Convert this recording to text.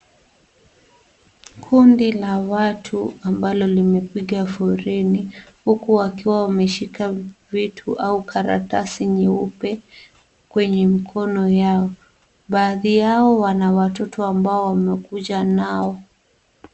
Kundi la watu ambalo limepiga foleni, huku wakiwa wameshika vitu au karatasi nyeupe kwenye mkono yao. Baadhi yao wana watoto ambao wamekuja nao.